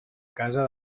casa